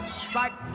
strike